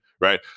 Right